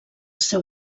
seu